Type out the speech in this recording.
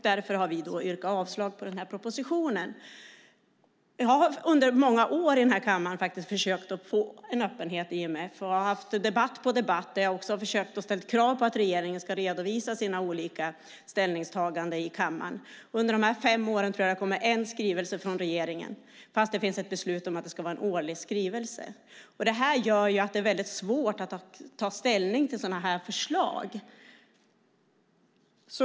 Därför yrkar vi avslag på den här propositionen. Jag har under många år i den här kammaren försökt att få en öppenhet i IMF och har haft debatt på debatt där jag har försökt ställa krav på att regeringen ska redovisa sina olika ställningstaganden i kammaren. Under de fem åren tror jag att det har kommit en skrivelse från regeringen, fast det finns ett beslut om att det ska vara en årlig skrivelse. Det gör att det är väldigt svårt att ta ställning till sådana här förslag.